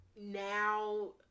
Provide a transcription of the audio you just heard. now